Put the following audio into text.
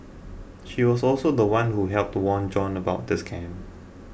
she was also the one who helped warn John about the scam